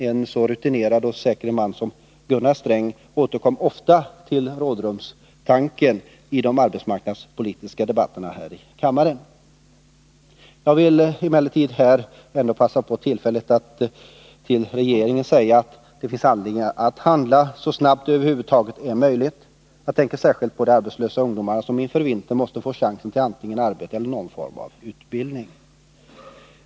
En så rutinerad och säker man som Gunnar Sträng återkom ofta till rådrumstanken i de arbetsmarknadspolitiska debatterna här i kammaren. Jag vill emellertid här passa på tillfället att säga till regeringen att det finns anledning att handla så snabbt som det över huvud taget är möjligt. Särskilt tänker jag på de arbetslösa ungdomarna, som inför vintern måste få chansen till antingen arbete eller någon form av utbildning.